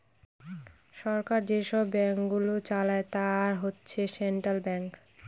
সরকার যেসব ব্যাঙ্কগুলো চালায় তারা হচ্ছে সেন্ট্রাল ব্যাঙ্কস